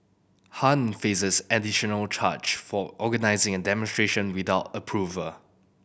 Han faces an additional charge for organising a demonstration without approval